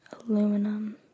Aluminum